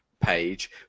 page